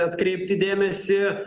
atkreipti dėmesį